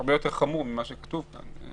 הרבה יותר חמור ממה שכתוב כאן.